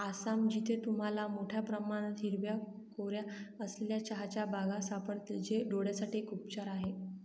आसाम, जिथे तुम्हाला मोठया प्रमाणात हिरव्या कोऱ्या असलेल्या चहाच्या बागा सापडतील, जे डोळयांसाठी एक उपचार आहे